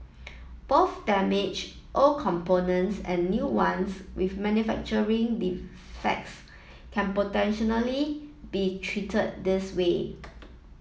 both damaged old components and new ones with manufacturing defects can potentially be treated this way